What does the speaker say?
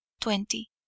twenty